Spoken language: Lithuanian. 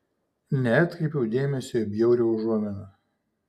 neatkreipiau dėmesio į bjaurią užuominą